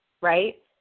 right